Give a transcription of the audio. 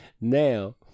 Now